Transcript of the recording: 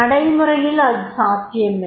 நடைமுறையில் அது சாத்தியமில்லை